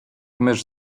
mysz